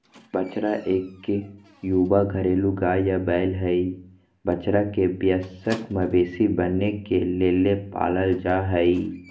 बछड़ा इक युवा घरेलू गाय या बैल हई, बछड़ा के वयस्क मवेशी बने के लेल पालल जा हई